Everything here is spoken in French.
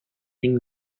une